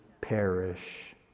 perish